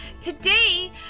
Today